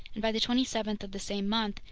and by the twenty seventh of the same month,